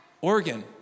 Oregon